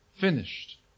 Finished